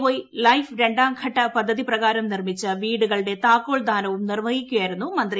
Y life രണ്ടാട്ഘട്ട പദ്ധതി പ്രകാരം നിർമ്മിച്ച വീടുകളുടെ താക്കോൽദാനവും നിന്നിവൃഹിക്കുകയായിരുന്നു മന്ത്രി